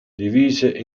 divise